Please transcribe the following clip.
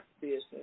business